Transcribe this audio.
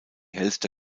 hellste